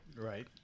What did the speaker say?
Right